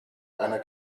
einer